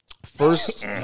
First